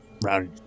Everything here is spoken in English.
round